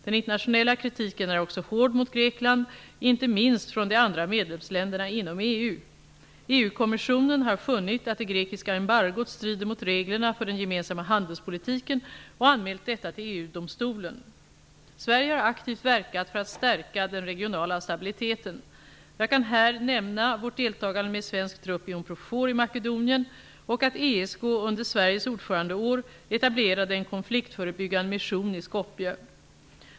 Den internationella kritiken är också hård mot Grekland inte minst från de andra medlemsländerna inom EU. EU-kommissionen har funnit att det grekiska embargot strider mot reglerna för den gemensamma handelspolitiken och anmält detta till EU-domstolen. Sverige har aktivt verkat för att stärka den regionala stabiliteten. Jag kan här nämna vårt deltagande med svensk trupp i Unprofor i Makedonien och att ESK under Sveriges ordförandeår etablerade en konfliktförebyggande mission i Skopje.